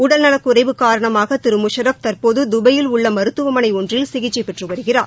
உடல்நலக் குறைவு காரணமாக திரு முஷாரப் தற்போது தபாயில் உள்ள மருத்துவமனை ஒன்றில் சிகிச்சை பெற்று வருகிறார்